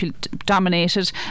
dominated